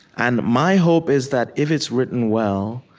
and my hope is that if it's written well,